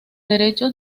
derechos